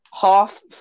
half